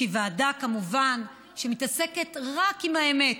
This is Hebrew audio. שהיא כמובן ועדה שמתעסקת רק עם האמת,